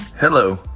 Hello